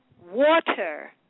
Water